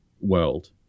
World